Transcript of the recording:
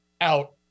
out